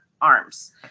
arms